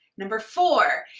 number four,